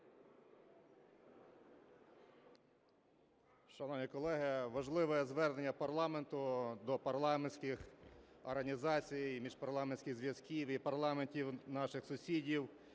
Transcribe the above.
Шановні колеги, важливе звернення парламенту до парламентських організацій, міжпарламентських зв'язків і парламентів наших сусідів